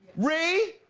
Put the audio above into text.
ree?